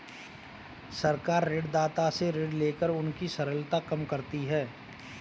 सरकार ऋणदाता से ऋण लेकर उनकी तरलता कम करती है